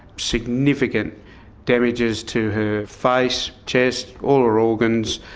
significant damages to her face, chest, all her organs.